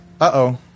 Uh-oh